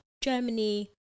germany